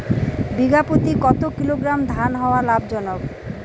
বিঘা প্রতি কতো কিলোগ্রাম ধান হওয়া লাভজনক?